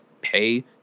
pay